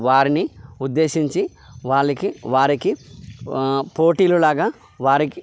వారిని ఉద్దేశించి వాళ్ళకి వారికి పోటీలలాగా వారికి